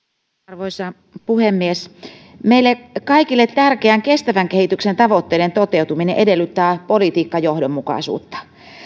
arvoisa puhemies meille kaikille tärkeän kestävän kehityksen tavoitteiden toteutuminen edellyttää politiikan johdonmukaisuutta